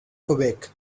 quebec